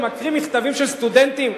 ומקריא מכתבים של סטודנטים?